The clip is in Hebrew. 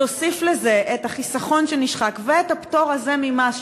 תוסיף לזה את החיסכון שנשחק ואת הפטור הזה ממס,